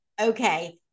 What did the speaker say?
okay